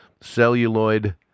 celluloid